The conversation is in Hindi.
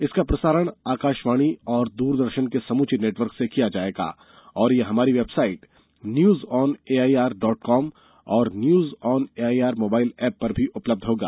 इसका प्रसारण आकाशवाणी और द्रदर्शन के समूचे नेटवर्क से किया जाएगा तथा यह हमारी website news on AIR dot com और news on AIR mobile app पर भी उपलब्ध होगा